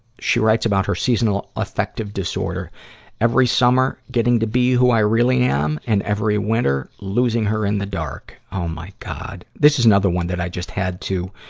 she writes about her seasonal affective disorder every summer getting to be who i really am, and every winter losing her in the dark. oh my god. this is another one that i just had to,